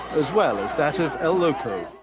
as well as that of el loco.